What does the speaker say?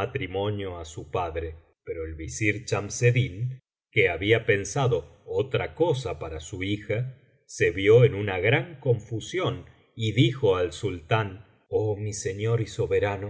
matrimonio á su padre pero el visir chaniseddin que había pensado otra cosa parl su hija se vio en una gran confusión y dijo al sultán oh mi señor y soberano